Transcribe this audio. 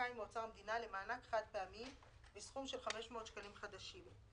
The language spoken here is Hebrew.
זכאי מאוצר המדינה למענק חד-פעמי בסכום של 500 שקלים חדשים.